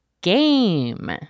game